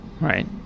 Right